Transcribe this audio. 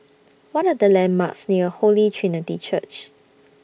What Are The landmarks near Holy Trinity Church